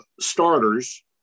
starters